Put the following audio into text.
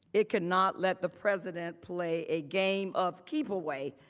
it cannot let the president play a game of keepaway.